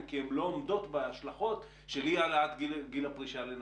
כי הן לא עומדות בהשלכות של אי העלאת גיל הפרישה לנשים.